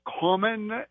common